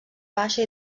baixa